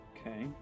Okay